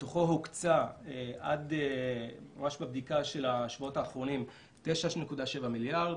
מתוכו הוקצה ממש בבדיקה של השבועות האחרונים 9.7 מיליארד.